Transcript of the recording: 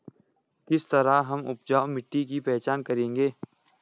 किस तरह हम उपजाऊ मिट्टी की पहचान करेंगे?